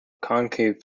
concave